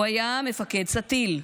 הוא היה מפקד סטי"ל,